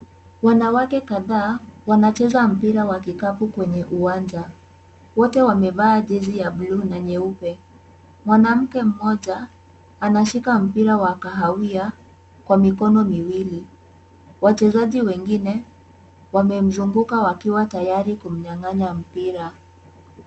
Wanawake kadhaa, wanacheza mpira wa kikapu kwenye uwanja, wote wamevaa jezi ya bluu na nyeupe, mwanamke mmoja anashika mpira wa kahawia, kwa mikono miwili, wachezaji wengine, wamemzunguka wakiwa tayari kumnyang'anya mpira.